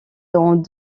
dans